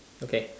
okay